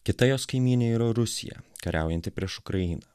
kita jos kaimynė yra rusija kariaujanti prieš ukrainą